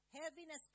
heaviness